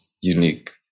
unique